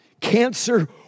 Cancer